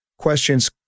questions